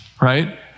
right